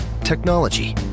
Technology